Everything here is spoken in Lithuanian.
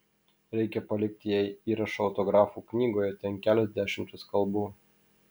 reikia palikti jai įrašą autografų knygoje ten kelios dešimtys kalbų